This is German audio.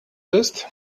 bist